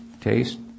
taste